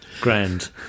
Grand